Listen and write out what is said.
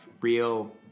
real